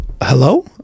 hello